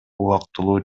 убактылуу